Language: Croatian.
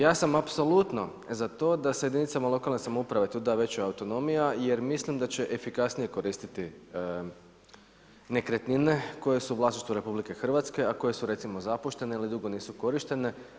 Ja sam apsolutno za to da se jedinicama lokalne samouprave tu da veća autonomija jer mislim da će efikasnije koristiti nekretnine koje su u vlasništvu RH, a koje su recimo zapuštene ili dugo nisu korištene.